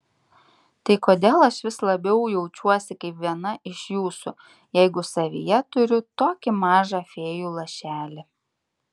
tai kodėl aš vis labiau jaučiuosi kaip viena iš jūsų jeigu savyje turiu tokį mažą fėjų lašelį